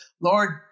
Lord